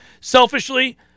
Selfishly